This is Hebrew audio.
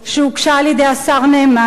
שהוגשה על-ידי השר נאמן,